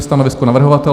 Stanovisko navrhovatele?